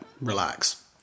relax